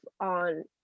on